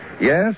Yes